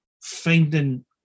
finding